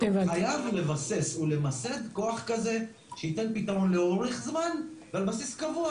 חייב לבסס ולמסד כוח כזה שייתן פתרון לאורך זמן על בסיס קבוע,